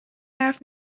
حرف